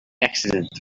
accident